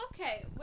Okay